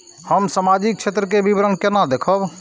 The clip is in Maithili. हम सामाजिक क्षेत्र के विवरण केना देखब?